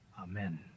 amen